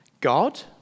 God